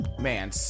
Man